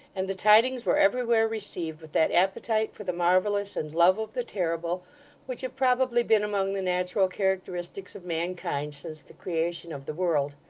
and the tidings were everywhere received with that appetite for the marvellous and love of the terrible which have probably been among the natural characteristics of mankind since the creation of the world.